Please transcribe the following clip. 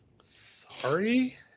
sorry